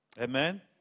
Amen